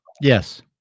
Yes